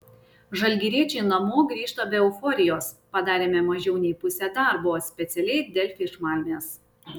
žalgiriečiai namo grįžta be euforijos padarėme mažiau nei pusę darbo specialiai delfi iš malmės